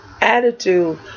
attitude